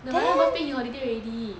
nirvana birthday he holiday already